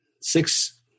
six